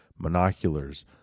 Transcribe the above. monoculars